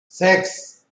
six